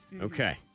Okay